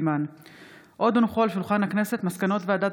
על שולחן הכנסת, מסקנות ועדת